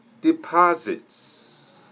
deposits